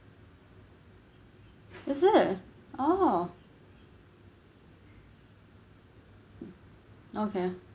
is it orh okay